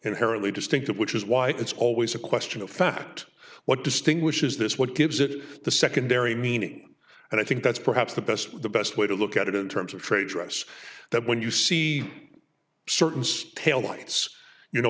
inherently distinctive which is why it's always a question of fact what distinguishes this what gives it the secondary meaning and i think that's perhaps the best the best way to look at it in terms of trade dress that when you see certain size tail lights you know